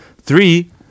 Three